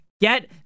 Get